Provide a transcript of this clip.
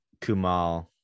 Kumal